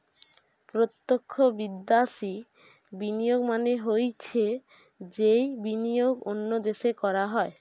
প্রত্যক্ষ বিদ্যাশি বিনিয়োগ মানে হৈছে যেই বিনিয়োগ অন্য দেশে করা হয়